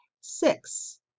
Six